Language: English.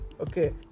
okay